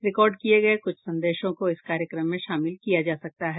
record किए गए कुछ संदेशों को इस कार्यक्रम में शामिल किया जा सकता है